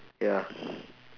ya